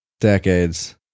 decades